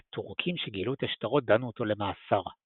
הטורקים שגילו את השטרות דנו אותו למאסר.